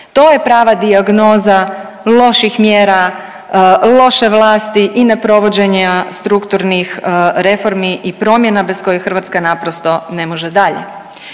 To je prava dijagnoza loših mjera, loše vlasti i neprovođenja strukturnih reformi i promjena bez kojih Hrvatska naprosto ne može dalje.